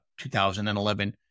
2011